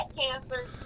cancer